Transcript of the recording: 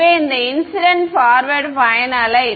எனவே இந்த incident forward பயண அலை